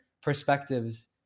perspectives